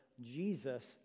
Jesus